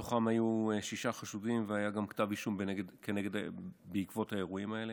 בתוכם היו שישה חשודים והיה גם כתב אישום בעקבות האירועים האלה.